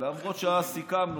למרות שאז סיכמנו,